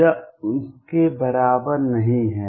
यह उसके बराबर नहीं है